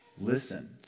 Listen